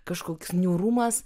kažkoks niūrumas